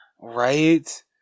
Right